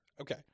Okay